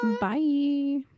bye